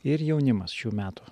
ir jaunimas šių metų